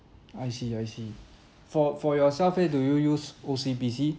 I see I see for for yourself leh you do you use O_C_B_C